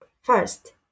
first